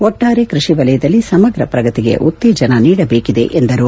ಒಟ್ಟಾರ್ ಕೃಷಿ ವಲಯದಲ್ಲಿ ಸಮಗ್ರ ಪ್ರಗತಿಗೆ ಉತ್ತೇಜನ ನೀಡಬೇಕಿದೆ ಎಂದರು